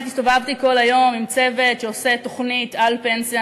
באמת הסתובבתי כל היום עם צוות שעושה תוכנית על פנסיה.